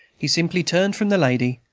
he simply turned from the lady,